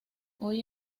hoy